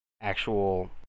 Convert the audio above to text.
actual